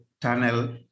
Tunnel